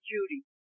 Judy